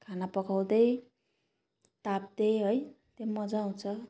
खाना पकाउँदै ताप्दै है चाहिँ मजा आउँछ